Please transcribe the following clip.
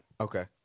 Okay